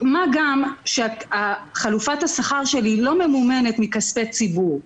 מה גם שחלופת השכר שלי לא ממומנת מכספי ציבור.